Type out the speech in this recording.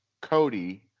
Cody